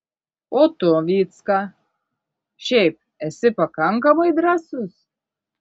o tu vycka šiaip esi pakankamai drąsus